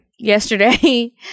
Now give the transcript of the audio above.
yesterday